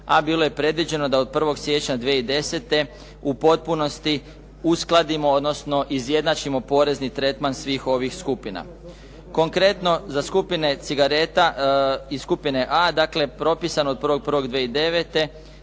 a bilo je predviđeno da od 1. siječnja 2010. u potpunosti uskladimo, odnosno izjednačimo porezni tretman svih ovih skupina. Konkretno za skupine cigareta iz skupine A, dakle propisan od 1.1. 2009.